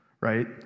right